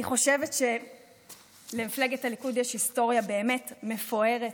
אני חושבת שלמפלגת הליכוד יש היסטוריה באמת מפוארת,